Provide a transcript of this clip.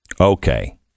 Okay